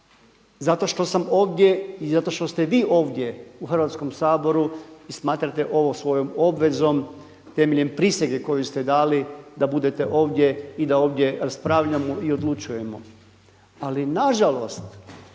zato što sam ovdje i zato što ste vi ovdje u Hrvatskom saboru i smatrate ovo svojom obvezom temeljem prisege koju ste dali da budete ovdje i da ovdje raspravljamo i odlučujemo. Ali nažalost,